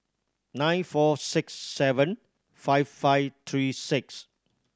nine four six seven five five three six